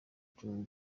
dream